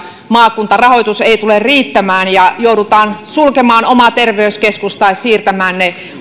maakuntarahoitus ei tule riittämään ja joudutaan sulkemaan oma terveyskeskus tai siirtämään